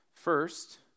First